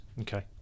Okay